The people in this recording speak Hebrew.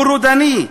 הוא רודני,